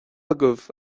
agaibh